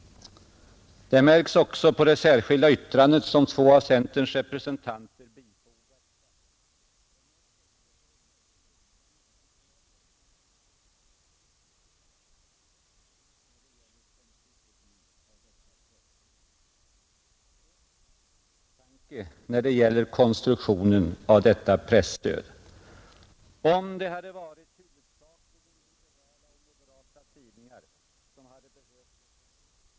Det märks också på det särskilda yttrande som två av centerns representanter bifogat skatteutskottets betänkande nr 30, att även dessa hyser betänkligheter mot presstödets konstruktion. Fru talman! Man kommer inte förbi en mörk misstanke när det gäller konstruktionen av detta presstöd. Om det hade varit huvudsakligen liberala och moderata tidningar som behövt ekonomisk hjälp, hade då herr Palme och herr Hedlund blivit eniga om att socialdemokratiska och centerpartistiska tidningar skulle betala kalaset?